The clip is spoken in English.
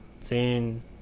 seeing